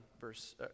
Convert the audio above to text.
verse